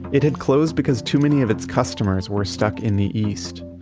it had closed because too many of its customers were stuck in the east.